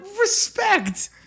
respect